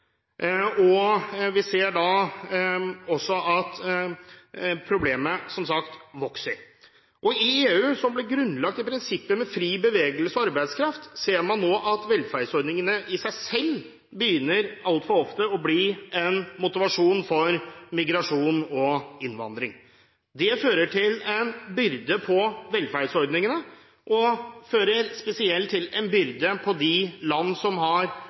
at problemet vokser. I EU, som ble grunnlagt med prinsipper om fri bevegelse og arbeidskraft, ser man nå at velferdsordningene i seg selv altfor ofte begynner å bli en motivasjon for migrasjon og innvandring. Det fører til en byrde på velferdsordningene, og spesielt i de land som har